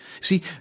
See